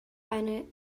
eine